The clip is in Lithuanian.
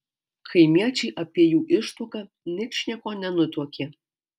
kaimiečiai apie jų ištuoką ničnieko nenutuokė